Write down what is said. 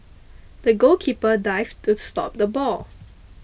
the goalkeeper dived to stop the ball